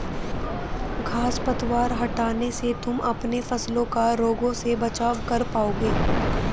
घांस पतवार हटाने से तुम अपने फसलों का रोगों से बचाव कर पाओगे